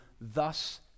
thus